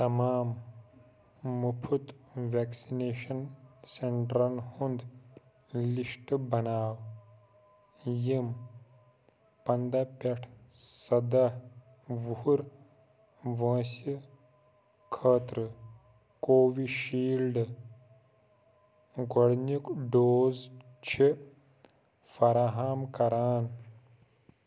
تمام مُفت ویکسِنیشن سینٛٹرن ہُنٛد لِسٹ بناو یِم پَنٛداہ پٮ۪ٹھ سَداہ وُہُر وٲنٛسہِ خٲطرٕ کووِشیٖلڈ گۄڈنیُک ڈوز چھِ فراہَم کران